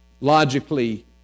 Logically